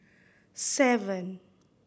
seven